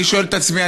אני שואל את עצמי,